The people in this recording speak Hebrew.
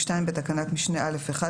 בתקנת משנה (א1),